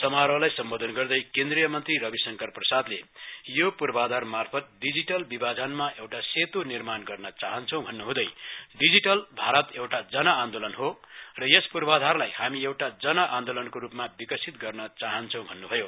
समारोहलाई सम्वोधन गर्दै केन्द्रीय मन्त्री रविशंकर प्रसादले यो पूर्वाधारमार्फत डिजिटल विभाजनमा एउटा सेत् निर्माण गर्न जाहन्छौ भन्नुहूँदै डिजिटल भारत एउटा जनआन्दोलन हो र यस पूर्वाधारलाई हामी एउटा जन आन्दोलनको रूमा विकसित गर्न चाहन्छौ भन्न्भयो